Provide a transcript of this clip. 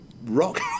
rock